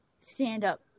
stand-up